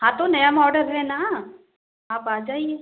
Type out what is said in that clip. हाँ तो नया मॉडल है न आप आ जाइए